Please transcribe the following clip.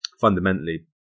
fundamentally